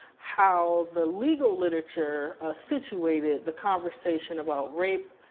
how the legal literature situated the conversation about rape,